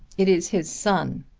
it is his son.